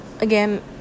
again